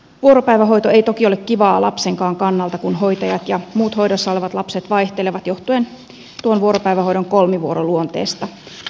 vuoropäivähoito ei toki ole kivaa lapsenkaan kannalta kun hoitajat ja muut hoidossa olevat lapset vaihtelevat johtuen tuon vuoropäivähoidon kolmivuoroluonteesta